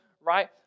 right